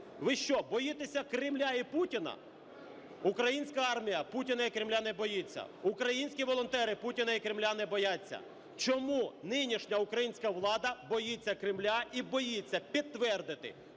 Ви що, боїтеся Кремля і Путіна? Українська армія Путіна і Кремля не боїться, Українські волонтери Путіна і Кремля не бояться. Чому нинішня українська влада боїться Кремля і боїться підтвердити